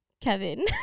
kevin